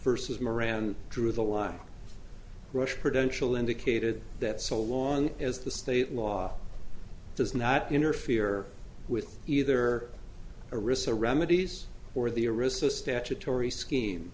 versus moran drew the line rush prevention indicated that so long as the state law does not interfere with either arista records or the arista statutory scheme